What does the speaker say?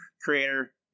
creator